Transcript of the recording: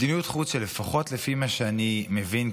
מדיניות חוץ שלפחות לפי מה שאני מבין,